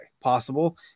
possible